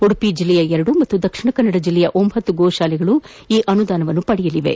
ಉಡುಪಿ ಜಿಲ್ಲೆಯ ಎರಡು ಹಾಗೂ ದಕ್ಷಿಣ ಕನ್ನಡ ಜಿಲ್ಲೆಯ ಒಂಬತ್ತು ಗೋತಾಲೆಗಳು ಈ ಅನುದಾನವನ್ನು ಪಡೆಯಲಿವೆ